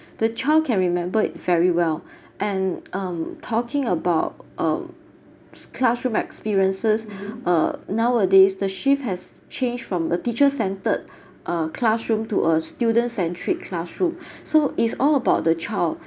the child can remembered very well and um talking about um classroom experiences uh nowadays the shift has changed from a teacher centered uh classroom to a student centric classroom so it's all about the child